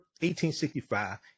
1865